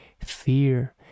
Fear